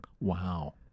Wow